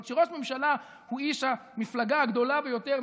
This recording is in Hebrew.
אבל כשראש ממשלה הוא איש המפלגה הגדולה ביותר,